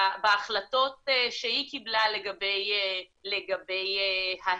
בהחלטות שהיא קיבלה לגבי ההיטל.